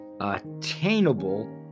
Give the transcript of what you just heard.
Attainable